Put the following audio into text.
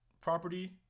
property